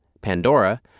Pandora